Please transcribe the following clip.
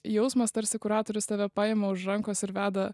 jausmas tarsi kuratorius tave paima už rankos ir veda